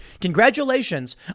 Congratulations